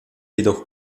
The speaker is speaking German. jedoch